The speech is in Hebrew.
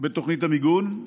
בתוכנית המיגון.